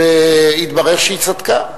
והתברר שהיא צדקה.